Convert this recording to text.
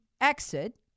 exit